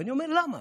ואני אומר: למה?